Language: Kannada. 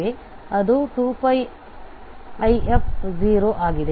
ಅದು 2πif ಆಗಿದೆ